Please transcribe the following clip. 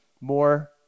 more